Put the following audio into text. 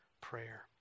prayer